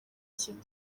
kimwe